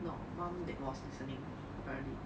no mum was listening apparently